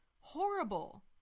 Horrible